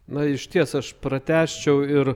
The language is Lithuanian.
na išties aš pratęsčiau ir